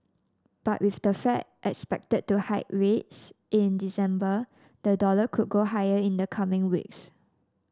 but with the Fed expected to hike rates in December the dollar could go higher in the coming weeks